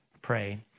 pray